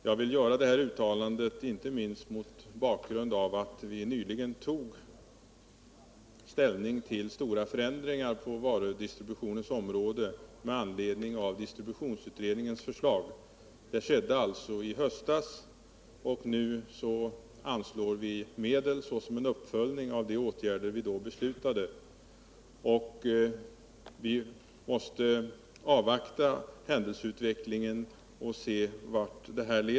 Jag uttalar detta inte minst mot bakgrund av att vi nyligen tog ställning till stora förändringar på varudistributionens område med anledning av distributionsutredningens förslag. Detta skedde i höstas, och nu anslår vi medel såsom en uppföljning av de åtgärder som vi då beslutade om. Vi måste här avvakta händelseutvecklingen.